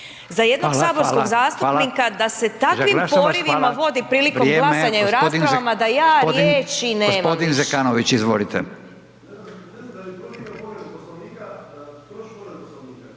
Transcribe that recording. za jednog saborskog zastupnika da se takvim porivima vodi prilikom glasanja i u raspravama da riječi više